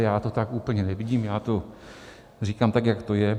Já to tak úplně nevidím, já to říkám tak, jak to je.